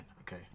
okay